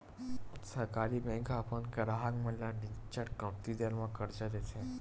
सहकारी बेंक ह अपन गराहक मन ल निच्चट कमती दर म करजा देथे